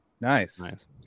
Nice